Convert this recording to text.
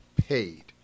paid